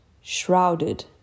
shrouded